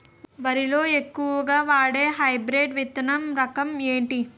వరి లో ఎక్కువుగా వాడే హైబ్రిడ్ విత్తన రకం ఏంటి?